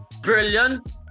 brilliant